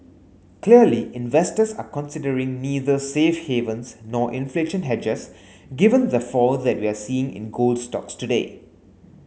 clearly investors are considering neither safe havens nor inflation hedges given the fall that we're seeing in gold stocks today